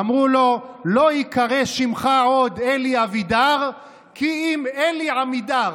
אמרו לו: לא ייקרא שמך עוד אלי אבידר כי אם אלי עמידר.